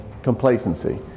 complacency